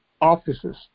offices